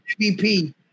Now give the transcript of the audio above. MVP